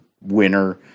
winner